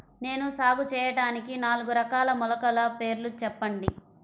నేను సాగు చేయటానికి నాలుగు రకాల మొలకల పేర్లు చెప్పండి?